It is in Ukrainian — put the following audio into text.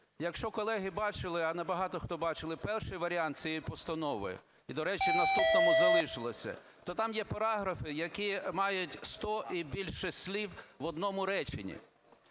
Якщо колеги бачили, а не багато хто бачив перший варіант цієї постанови, і, до речі, в наступному залишилося, то там є параграфи, які мають 100 і більше слів в одному реченні.